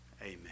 amen